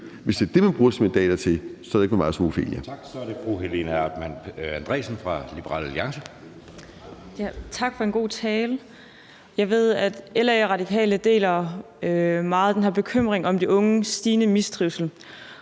Hvis det er det, man bruger sine mandater til, så er det ikke med mig som Ofelia.